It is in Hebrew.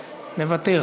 מוותר.